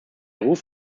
ruf